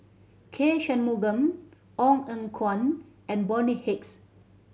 K Shanmugam Ong Eng Guan and Bonny Hicks